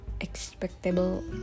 expectable